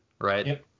right